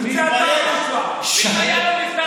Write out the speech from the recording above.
צא החוצה.